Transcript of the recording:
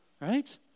Right